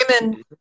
women